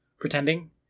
Pretending